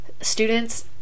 students